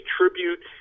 tribute